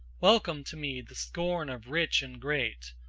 welcome to me the scorn of rich and great,